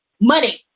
money